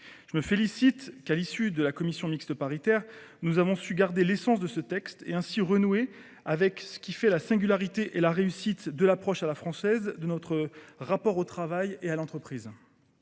Je me félicite que, à l’issue de la commission mixte paritaire, nous ayons su garder l’essence de ce texte et renouer ainsi avec ce qui fait la singularité et la réussite d’une approche, à la française, de notre rapport au travail et à l’entreprise.